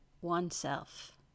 oneself